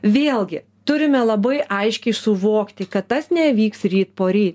vėlgi turime labai aiškiai suvokti kad tas neįvyks ryt poryt